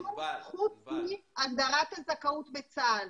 מלבד כמובן כל הדברים הרוחביים העמוקים וגם חסרי עורף וגם חוזרים בשאלה,